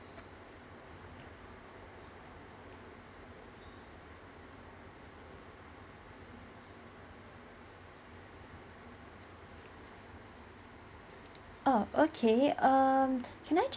oh okay um can I ju~